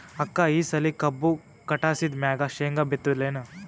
ಅಕ್ಕ ಈ ಸಲಿ ಕಬ್ಬು ಕಟಾಸಿದ್ ಮ್ಯಾಗ, ಶೇಂಗಾ ಬಿತ್ತಲೇನು?